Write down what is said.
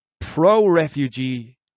pro-refugee